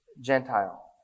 Gentile